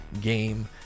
game